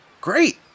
Great